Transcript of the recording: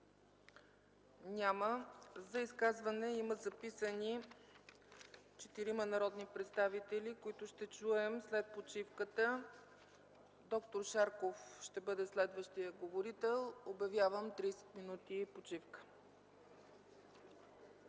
Няма. За изказване има записани четирима народни представители, които ще чуем след почивката. Доктор Шарков ще бъде следващият говорител. Обявявам 30 минути почивка.